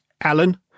Alan